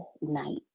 night